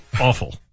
awful